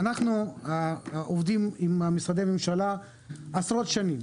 אנחנו עובדים עם משרדי הממשלה עשרות שנים.